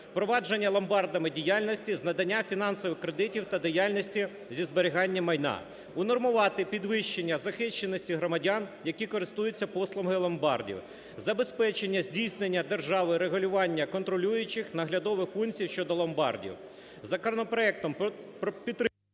впровадження ломбардами діяльності з надання фінансових кредитів та діяльності зі зберігання майна; унормувати підвищення захищеності громадян, які користуються послугами ломбардів. Забезпечення здійснення державою регулювання контролюючих, наглядових функцій щодо ломбардів. Законопроект… ГОЛОВУЮЧИЙ.